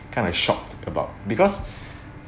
kind of shocked about because